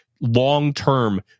long-term